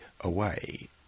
away